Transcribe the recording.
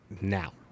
now